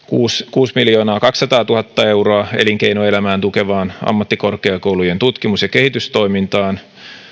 kuusimiljoonaakaksisataatuhatta euroa elinkeinoelämää tukevaan ammattikorkeakoulujen tutkimus ja kehitystoimintaan